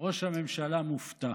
ראש הממשלה מופתע.